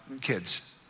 kids